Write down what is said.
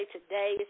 Today